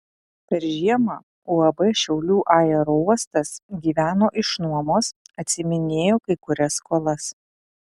per žiemą uab šiaulių aerouostas gyveno iš nuomos atsiiminėjo kai kurias skolas